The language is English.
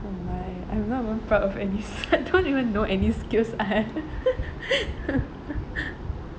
oh my I'm not proud of any I don't even know any skills I have